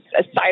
aside